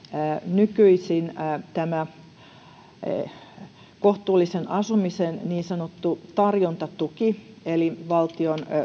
nykyisin kohtuullisen asumisen niin sanottu tarjontatuki eli valtion